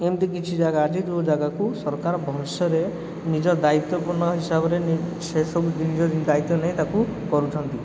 ଏମତି କିଛି ଜାଗା ଅଛି ଯେଉଁ ଜାଗାକୁ ସରକାର ଭଲସେରେ ନିଜ ଦାୟିତ୍ୱପୁର୍ଣ୍ଣ ହିସାବରେ ସେସବୁ ଦାୟିତ୍ୱ ନେଇ ତାକୁ କରୁଛନ୍ତି